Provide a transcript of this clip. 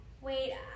Wait